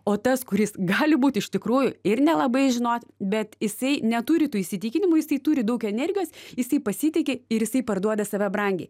o tas kuris gali būt iš tikrųjų ir nelabai žinot bet jisai neturi tų įsitikinimų jisai turi daug energijos jisai pasitiki ir jisai parduoda save brangiai